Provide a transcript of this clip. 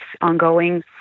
ongoing